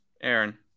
Aaron